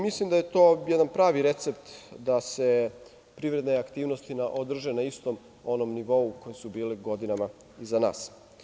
Mislim da je to jedan pravi recept da se privredne aktivnosti održe na istom onom nivou koje su bile godinama iza nas.